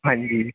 आंजी